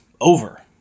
over